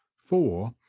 for,